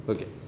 Okay